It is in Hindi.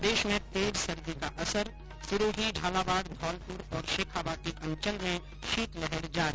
प्रदेश में तेज सर्दी का असर सिरोही झालावाड़ धौलपुर और शेखावाटी अंचल में शीतलहर जारी